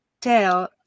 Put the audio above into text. tell